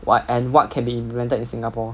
what and what can be invented in singapore